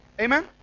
Amen